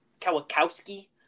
Kawakowski